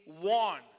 one